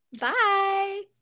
bye